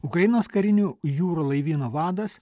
ukrainos karinio jūrų laivyno vadas